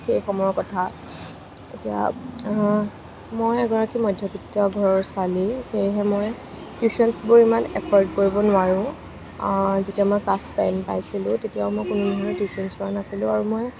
সেইসময়ৰ কথা তেতিয়া মই এগৰাকী মধ্যবিত্ত ঘৰৰ ছোৱালী সেয়েহে মই টিউচনচবোৰ ইমান এফৰ্ড কৰিব নোৱাৰোঁ যেতিয়া মই ক্লাছ টেন পাইছিলোঁ তেতিয়াও মই কোনোধৰণৰ টিউচনচ লোৱা নাছিলোঁ আৰু মই